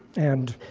and